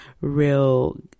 real